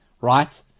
Right